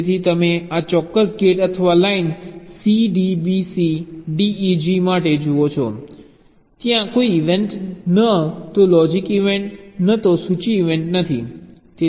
તેથી તમે આ ચોક્કસ ગેટ અથવા line C D B C D E G માટે જુઓ છો ત્યાં કોઈ ઇવેન્ટ ન તો લોજિક ઇવેન્ટ ન તો સૂચિ ઇવેન્ટ નથી